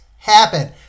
Happen